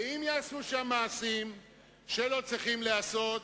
ואם ייעשו שם מעשים שלא צריכים להיעשות,